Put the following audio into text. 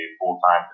full-time